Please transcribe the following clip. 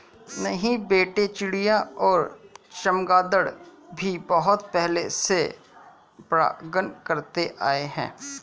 नहीं बेटे चिड़िया और चमगादर भी बहुत पहले से परागण करते आए हैं